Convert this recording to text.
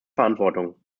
verantwortung